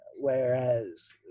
Whereas